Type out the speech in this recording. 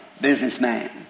businessman